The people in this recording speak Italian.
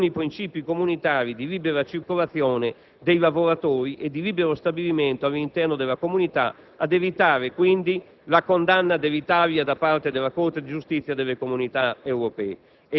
con i principi comunitari di libera circolazione dei lavoratori e di libero stabilimento all'interno della Comunità e ad evitare quindi la condanna dell'Italia da parte della Corte di giustizia. Infine, come